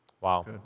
Wow